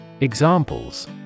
Examples